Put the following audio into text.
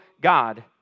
God